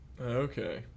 Okay